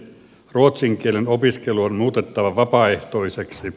ruotsin kielen opiskelu on muutettava vapaaehtoiseksi